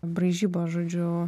braižyba žodžiu